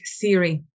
Theory